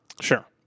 Sure